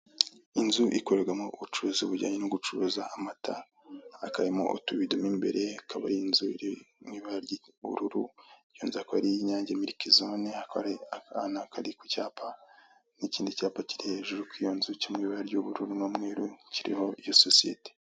Inzu ikorerwa mo ubucuruzi bujyanye no gucuruza amata ,hakaba harimo utubido mu imbere hakaba inzu iri mu ibara ry'ubururu, iyo nzu ikaba ari iy'inyange miriki zone . Hakaba hari akana kari ku cyapa n'ikindi cyapa kiri hejuru y'iyo nzu iri mu ibara ry'ubururu n'umweru kiriho iyo sosiyete.